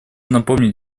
напомнить